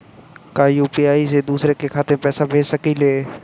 का यू.पी.आई से दूसरे के खाते में पैसा भेज सकी ले?